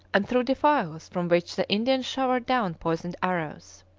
and through defiles from which the indians showered down poisoned arrows.